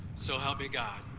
so help me god.